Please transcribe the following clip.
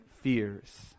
fears